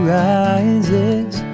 rises